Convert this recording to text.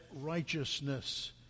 righteousness